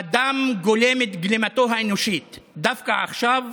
אדם גולם את גלימתו האנושית דווקא עכשיו,